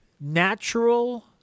natural